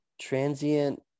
transient